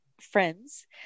friends